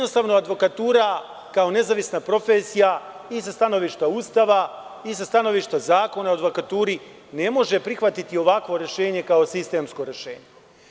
Advokatura, kao nezavisna profesija, i sa stanovišta Ustava, i sa stanovišta Zakona o advokaturi ne može prihvatiti ovakvo rešenje kao sistemsko rešenje.